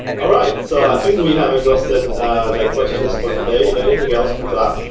all right. so i think we have exhausted the questions for today. if anything else comes up,